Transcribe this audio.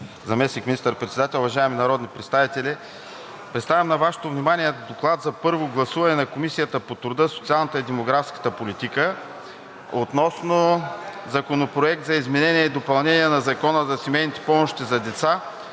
Заместник министър-председател, уважаеми народни представители! Представям на Вашето внимание „ДОКЛАД за първо гласуване на Комисията по труда, социалната и демографската политика относно Законопроект за изменение и допълнение на Закона за семейни помощи за деца,